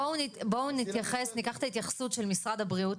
בואו נשמע את ההתייחסות של משרד הבריאות,